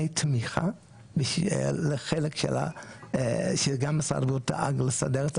תמיכה לחלק שגם משרד הבריאות דאג לספק,